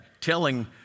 telling